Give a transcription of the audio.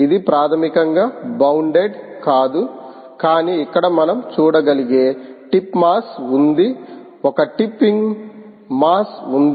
ఇది ప్రాథమికంగా బౌండెడ్ కాదు కానీ ఇక్కడ మనం చూడగలిగే టిప్ మాస్ఉంది ఒక టిప్పింగ్ మాస్ఉంది